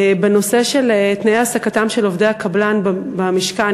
בנושא תנאי העסקתם של עובדי הקבלן במשכן.